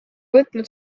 võtnud